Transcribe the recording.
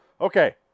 Okay